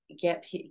get